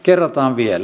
kerrataan vielä